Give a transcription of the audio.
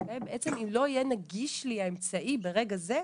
אם לא יהיה נגיש לי האמצעי ברגע זה.